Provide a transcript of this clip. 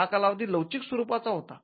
हा कालावधी लवचिक स्वरुपाचा होता